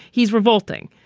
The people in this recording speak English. he's revolting.